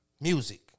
Music